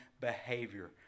behavior